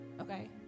okay